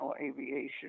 Aviation